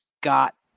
got